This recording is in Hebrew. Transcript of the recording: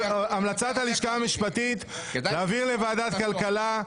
--- המלצת הלשכה המשפטית היא להעביר לוועדת כלכלה.